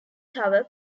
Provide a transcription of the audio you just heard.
tower